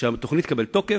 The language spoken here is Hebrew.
כשהתוכנית תקבל תוקף,